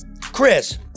Chris